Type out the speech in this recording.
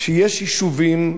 שיש יישובים,